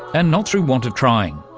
and not through want of trying.